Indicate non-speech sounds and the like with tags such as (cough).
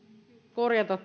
korjata (unintelligible)